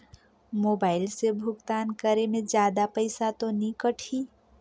Mobile से भुगतान करे मे जादा पईसा तो नि कटही?